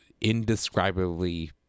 indescribably